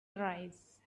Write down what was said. arise